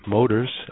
Motors